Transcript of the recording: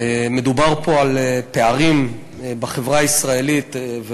מדובר פה על פערים בחברה הישראלית.